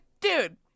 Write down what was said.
dude